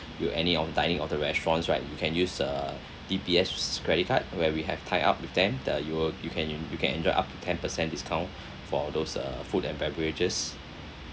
you any on dining of the restaurants right you can use a D_B_S credit card where we have tie up with them that you will you can you can enjoy up to ten percent discount for those uh food and beverages